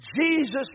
Jesus